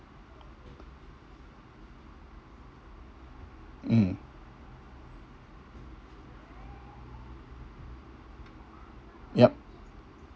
mm yup